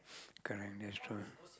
correct that's true